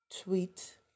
tweet